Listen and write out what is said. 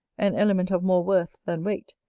an element of more worth than weight,